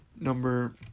number